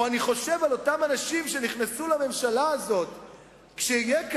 או אני חושב על אותם אנשים שנכנסו לממשלה הזאת כולם,